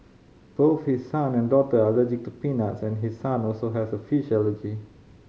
both his son and daughter are allergic to peanuts and his son also has a fish allergy